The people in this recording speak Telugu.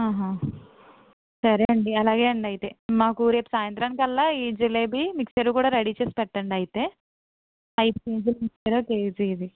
సరే అండి అలాగే అండి అయితే మాకు రేపు సాయంత్రానికల్లా ఈ జిలేబి మిక్చరు కూడా రెడీ చేసి పెట్టండి అయితే అయిదు కేజీల మిక్చర్ కేజీ ఇది